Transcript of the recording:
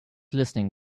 listening